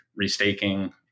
restaking